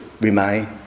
remain